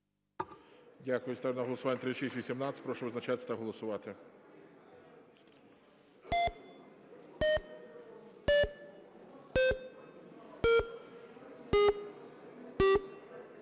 Дякую. Ставлю на голосування правку 3735. Прошу визначатися та голосувати.